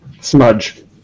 Smudge